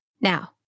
now